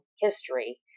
history